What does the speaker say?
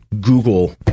Google